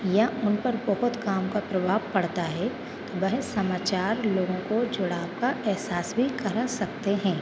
या उन पर बहुत काम का प्रभाव पड़ता है तो वह समाचार लोगों को जुड़ाव का अहसास भी करा सकते हैं